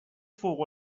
فوق